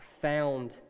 found